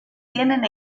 tienen